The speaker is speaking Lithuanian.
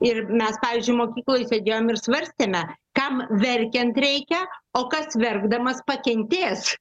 ir mes pavyzdžiui mokykloj sėdėjom ir svarstėme kam verkiant reikia o kas verkdamas pakentės